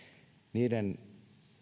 niiden